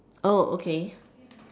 okay